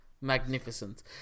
magnificent